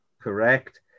Correct